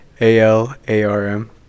A-L-A-R-M